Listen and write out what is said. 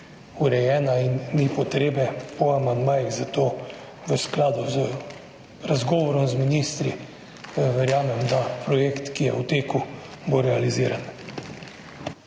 urejena in ni potrebe po amandmajih. Zato v skladu z razgovorom z ministri verjamem, da bo projekt, ki je v teku, realiziran.